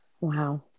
Wow